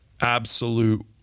absolute